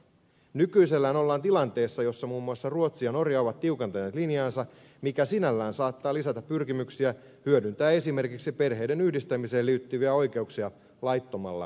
nykyisellään ollaan tilanteessa jossa muun muassa ruotsi ja norja ovat tiukentaneet linjaansa mikä sinällään saattaa lisätä pyrkimyksiä hyödyntää esimerkiksi perheiden yhdistämiseen liittyviä oikeuksia laittomalla tavalla